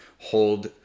hold